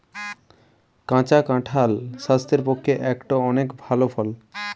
কাঁচা কাঁঠাল স্বাস্থ্যের পক্ষে একটো অনেক ভাল ফল